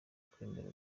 kwemera